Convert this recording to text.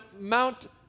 Mount